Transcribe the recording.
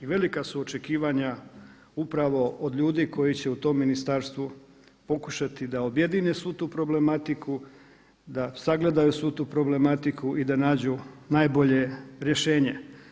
I velika su očekivanja od ljudi koji će u tom ministarstvu pokušati da objedine svu tu problematiku, da sagledaju svu tu problematiku i da nađu najbolje rješenje.